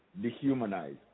dehumanized